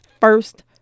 first